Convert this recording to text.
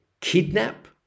Kidnap